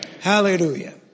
Hallelujah